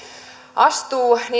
astuu